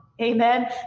Amen